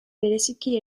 bereziki